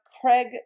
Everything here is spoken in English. Craig